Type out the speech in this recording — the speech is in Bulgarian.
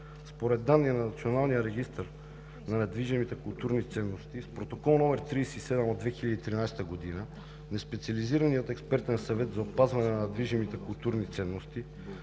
според данни на Националния регистър на недвижимите културни ценности с Протокол № 37 от 2013 г. на Специализирания експертен съвет за опазване на недвижимите културни ценности